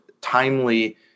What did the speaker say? timely